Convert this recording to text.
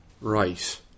Right